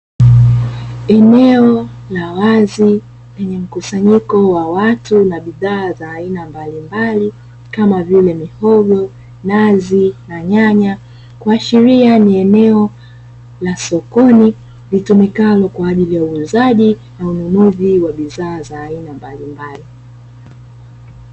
Eneo la wazi lenye mkusanyiko wa watu na bidhaa za aina mbalimbali kama vile mihogo, nazi na nyanya, kuashiria ni eneo la sokoni litumikalo kwaajili ya uuzaji na ununuzi wa bidhaa za aina mbalimbali.